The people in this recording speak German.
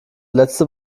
letzte